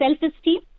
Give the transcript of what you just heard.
self-esteem